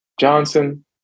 Johnson